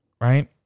right